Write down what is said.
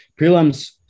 prelims